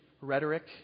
rhetoric